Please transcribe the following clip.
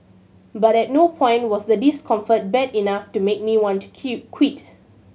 but at no point was the discomfort bad enough to make me want to Q quit